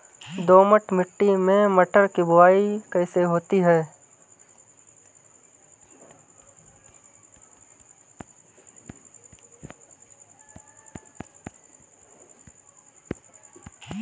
दोमट मिट्टी में मटर की बुवाई कैसे होती है?